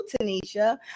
Tanisha